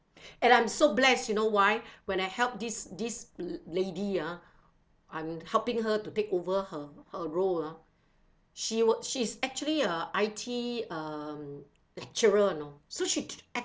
and I'm so blessed you know why when I help this this lady ah I'm helping her to take over her her role ah she would she's actually a I_T um lecturer you know so she actually